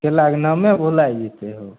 केलाके नामे भुला जेतै हो